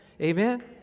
Amen